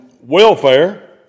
welfare